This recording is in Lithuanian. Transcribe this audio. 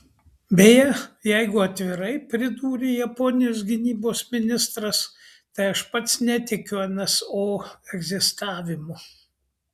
beje jeigu atvirai pridūrė japonijos gynybos ministras tai aš pats netikiu nso egzistavimu